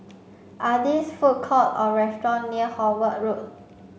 are these food court or restaurant near Howard Road